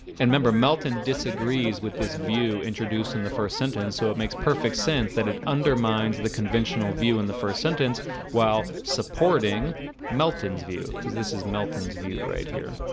and remember melton disagrees with this view introduced in the first sentence so it makes perfect sense that it undermines the conventional view in the first sentence while supporting melton's view because this is melton's view right here